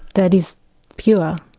that is pure,